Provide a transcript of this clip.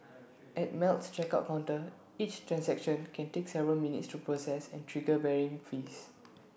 at Melt's checkout counter each transaction can take several minutes to process and trigger varying fees